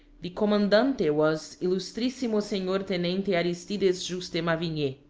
the commandante was illustrissimo senor tenente aristides juste mavignier,